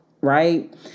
Right